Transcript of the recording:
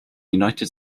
united